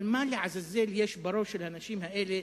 אבל מה לעזאזל יש בראש של האנשים האלה,